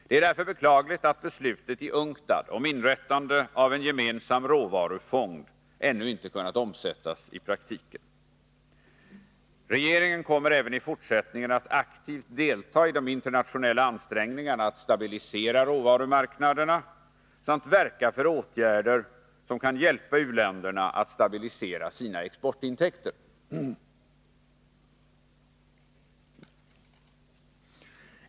Det är därför beklagligt att beslutet i UNCTAD om inrättande av en gemensam råvarufond ännu inte kunnat omsättas i praktiken. Regeringen kommer även i fortsättningen att aktivt delta i de internationella ansträngningarna att stabilisera råvarumarknaderna samt verka för åtgärder som kan hjälpa u-länderna att stabilisera sina exportintäkter.